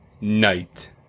Night